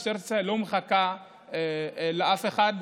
משטרת ישראל לא מחכה לאף אחד,